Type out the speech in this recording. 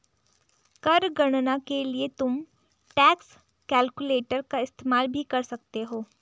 कर गणना के लिए तुम टैक्स कैलकुलेटर का इस्तेमाल भी कर सकते हो